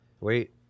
Wait